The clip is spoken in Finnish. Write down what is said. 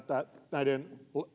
näiden